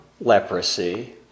leprosy